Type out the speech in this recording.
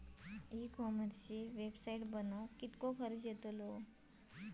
E कॉमर्सची website बनवक किततो खर्च येतलो?